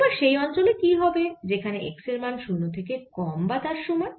এবার সেই অঞ্চলে কি হবে যেখানে x এর মান 0 থেকে কম বা তার সমান